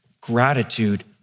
gratitude